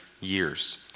years